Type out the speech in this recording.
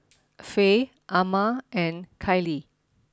Faye Amma and Kylie